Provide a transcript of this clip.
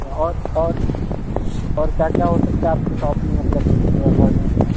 اچھا اور اور اور کیا کیا ہو سکتا ہے آپ کی شاپ میں مطلب اس کے اکاڈنگ جی